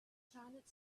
planet